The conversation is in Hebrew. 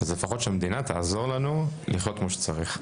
אז לפחות שהמדינה תעזור לנו לחיות כמו שצריך.